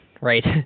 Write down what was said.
right